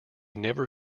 never